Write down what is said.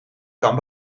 kan